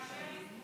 ייאמר לזכותך.